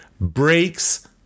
breaks